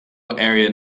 air